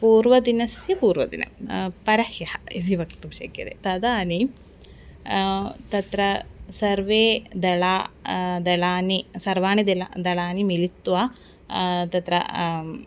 पूर्वदिनस्य पूर्वदिनं परह्यः इति वक्तुं शक्यते तदानीं तत्र सर्वे दलं दलानि सर्वाणि दलं दलानि मिलित्वा तत्र